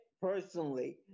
personally